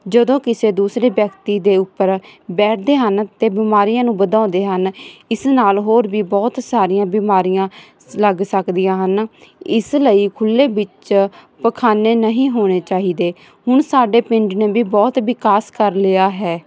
ਜਦੋਂ ਕਿਸੇ ਦੂਸਰੇ ਵਿਅਕਤੀ ਦੇ ਉੱਪਰ ਬੈਠਦੇ ਹਨ ਤਾਂ ਬਿਮਾਰੀਆਂ ਨੂੰ ਵਧਾਉਂਦੇ ਹਨ ਇਸ ਨਾਲ ਹੋਰ ਵੀ ਬਹੁਤ ਸਾਰੀਆਂ ਬਿਮਾਰੀਆਂ ਲੱਗ ਸਕਦੀਆਂ ਹਨ ਇਸ ਲਈ ਖੁੱਲ੍ਹੇ ਵਿੱਚ ਪਖਾਨੇ ਨਹੀਂ ਹੋਣੇ ਚਾਹੀਦੇ ਹੁਣ ਸਾਡੇ ਪਿੰਡ ਨੇ ਵੀ ਬਹੁਤ ਵਿਕਾਸ ਕਰ ਲਿਆ ਹੈ